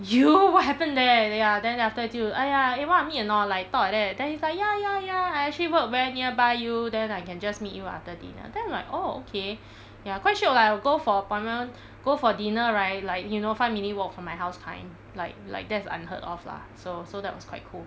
you what happened there ya then after that 就 !aiya! eh want to meet or not like talk like that then he's like ya ya ya I actually work very nearby you then I can just meet you after dinner then I'm like oh okay ya quite shiok lah I will go for appointment go for dinner right like you know five minute walk from my house kind like like that's unheard of lah so that was quite cool